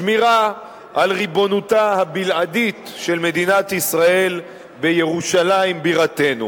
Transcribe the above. שמירה על ריבונותה הבלעדית של מדינת ישראל בירושלים בירתנו,